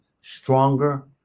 stronger